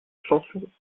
chanson